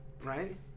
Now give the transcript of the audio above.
right